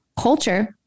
culture